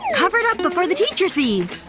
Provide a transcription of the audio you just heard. cover it up before the teacher sees!